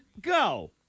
go